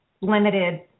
limited